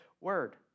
word